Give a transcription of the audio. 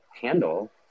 handle